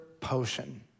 potion